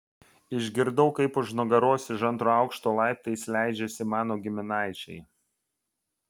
išgirdau kaip už nugaros iš antro aukšto laiptais leidžiasi mano giminaičiai